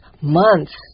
months